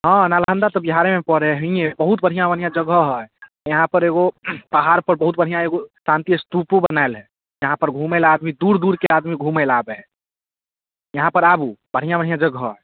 हँ नालन्दा तऽ बिहारेमे पड़ै है हियाॅं बहुत बढ़िऑं बढ़िऑं जगह है यहाँ पर एगो पहाड़ पर बहुत बढ़िऑं एगो शान्ति स्तूपो बनाएल है यहाँ पर घुमै लए आदमी दूर दूरके आदमी घुमै लए आबै है यहांँ पर आबू बढ़िऑं बढ़िऑं जगह है